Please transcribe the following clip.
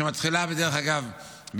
שדרך אגב,